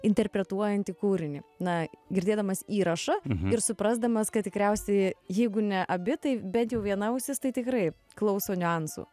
interpretuojantį kūrinį na girdėdamas įrašą ir suprasdamas kad tikriausiai jeigu ne abi tai bent jau viena ausis tai tikrai klauso niuansų